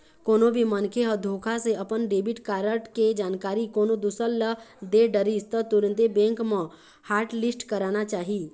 कोनो भी मनखे ह धोखा से अपन डेबिट कारड के जानकारी कोनो दूसर ल दे डरिस त तुरते बेंक म हॉटलिस्ट कराना चाही